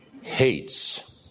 hates